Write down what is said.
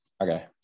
Okay